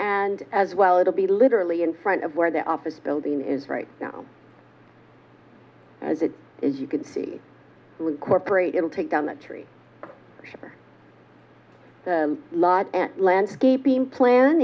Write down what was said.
and as well it will be literally in front of where the office building is right now and you can see corporate it'll take down the tree for a lot landscaping plan